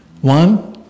One